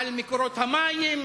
על מקורות המים,